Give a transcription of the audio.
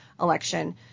election